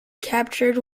captured